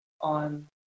on